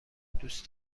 دوست